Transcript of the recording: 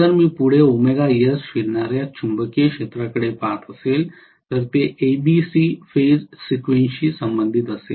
जर मी पुढे फिरणाऱ्या चुंबकीय क्षेत्राकडे पाहत असेल तर ते ABC फेज सिक्वेन्सशी संबंधित असेल